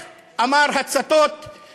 אני מאוד שמחה שיש בטכניון סטודנטיות.